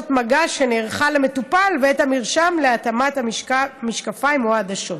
מגע שנערכה למטופל ואת המרשם להתאמת המשקפיים או העדשות.